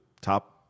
top